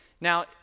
Now